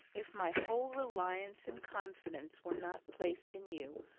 if my whole reliance and confidence were not placed in you,